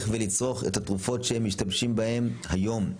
ולצרוך את התרופות שהם משתמשים בהן היום.